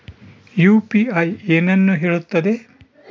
UPI ಏನನ್ನು ಹೇಳುತ್ತದೆ?